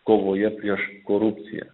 kovoje prieš korupciją